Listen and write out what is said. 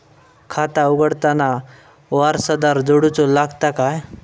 खाता उघडताना वारसदार जोडूचो लागता काय?